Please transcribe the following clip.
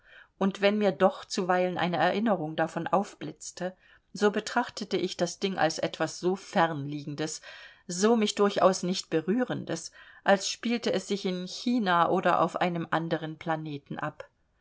und wenn mir doch zuweilen eine erinnerung davon aufblitzte so betrachtete ich das ding als etwas so fern liegendes so mich durchaus nicht berührendes als spielte es sich in china oder auf einem anderen planeten ab